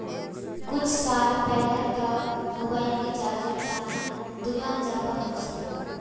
कुछु साल पहले तक मोबाइल रिचार्जेर त न दुकान जाबा ह छिले